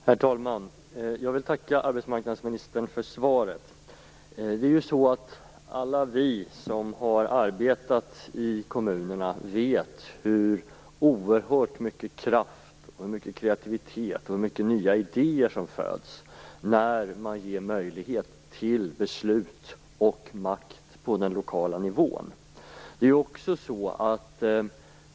Herr talman! Jag vill tacka arbetsmarknadsministern för svaret. Alla vi som har arbetat i kommunerna vet hur oerhört mycket kraft, hur mycket kreativitet och hur mycket nya idéer som föds när man ger möjlighet till beslut och makt på den lokala nivån.